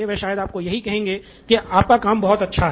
वे शायद आपको यही कहेंगे कि आपका काम बहुत अच्छा है